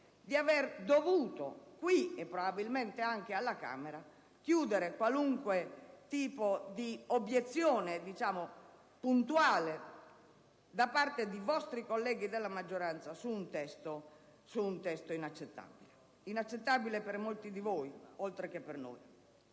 avete dovuto - qui e probabilmente anche alla Camera - chiudere a qualunque tipo di obiezione puntuale da parte di vostri colleghi della maggioranza su un testo inaccettabile. Inaccettabile per molti di voi, oltre che per noi.